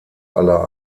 aller